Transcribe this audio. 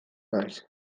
naiz